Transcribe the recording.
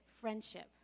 friendship